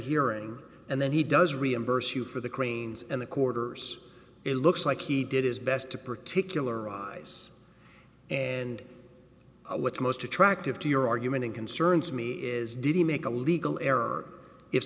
hearing and then he does reimburse you for the cranes and the quarters it looks like he did his best to particularize and what's most attractive to your argument and concerns me is did he make a legal error if